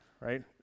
right